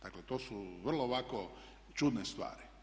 Dakle to su vrlo ovako čudne stvari.